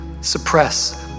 suppress